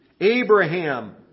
Abraham